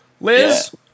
liz